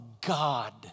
God